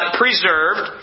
preserved